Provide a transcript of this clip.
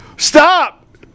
Stop